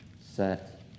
set